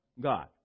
God